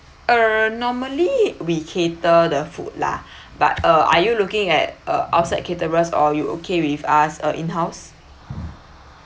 uh normally we cater the food lah but uh are you looking at uh outside caterers or you okay with us uh in-house